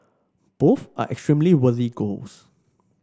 both are extremely worthy goals